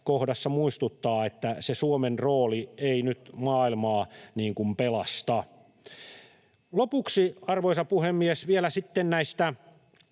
kohdassa muistuttaa, että se Suomen rooli ei nyt maailmaa pelasta. Lopuksi, arvoisa puhemies, vielä sitten näistä